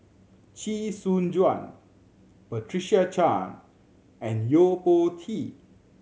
Chee Soon Juan Patricia Chan and Yo Po Tee